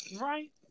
Right